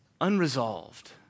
unresolved